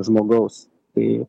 žmogaus tai